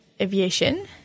aviation